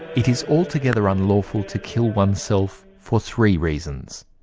it is altogether unlawful to kill oneself for three reasons.